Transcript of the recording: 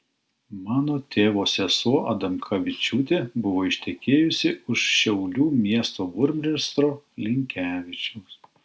mano tėvo sesuo adamkavičiūtė buvo ištekėjusi už šiaulių miesto burmistro linkevičiaus